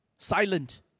Silent